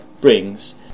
brings